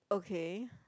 okay